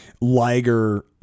Liger